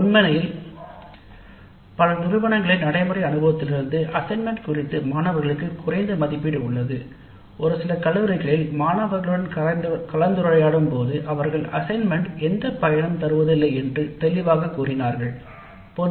உண்மையில் நடைமுறை அனுபவத்திலிருந்து அசைன் மென்ட் குறித்து மாணவர்களுக்கு குறைந்த மதிப்பீடு உள்ளது ஒரு சில கல்லூரிகளில் மாணவர் கருத்தரங்கில் அசைன்மென்ட் எந்த பயனும் தருவதில்லை என்ற கருத்து நிலவியது